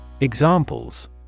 Examples